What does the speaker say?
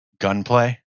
gunplay